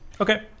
Okay